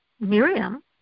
Miriam